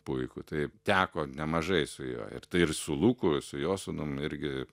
puikų tai teko nemažai su juo ir tai ir su luku su jo sūnum irgi